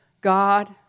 God